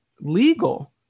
legal